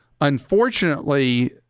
unfortunately